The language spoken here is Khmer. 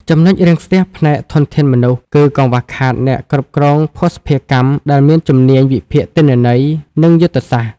ចំណុចរាំងស្ទះផ្នែកធនធានមនុស្ស គឺកង្វះខាតអ្នកគ្រប់គ្រងភស្តុភារកម្មដែលមានជំនាញវិភាគទិន្នន័យ និងយុទ្ធសាស្ត្រ។